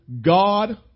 God